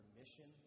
mission